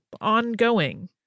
ongoing